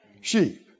Sheep